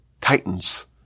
titans